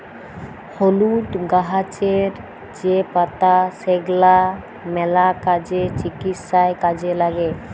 হলুদ গাহাচের যে পাতা সেগলা ম্যালা কাজে, চিকিৎসায় কাজে ল্যাগে